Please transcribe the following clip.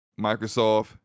Microsoft